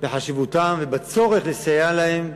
בחשיבותן ובצורך לסייע להן?